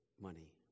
money